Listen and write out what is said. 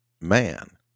man